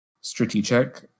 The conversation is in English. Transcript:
strategic